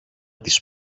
της